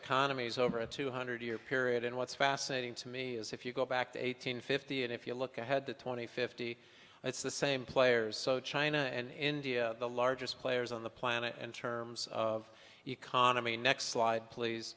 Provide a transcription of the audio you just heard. economies over a two hundred year period and what's fascinating to me is if you go back to eight hundred fifty and if you look ahead to two thousand and fifty it's the same players so china and india the largest players on the planet in terms of economy next slide please